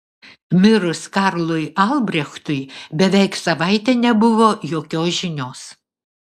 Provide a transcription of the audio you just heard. mirus karlui albrechtui beveik savaitę nebuvo jokios žinios